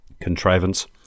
contrivance